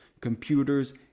computers